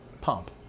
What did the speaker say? pump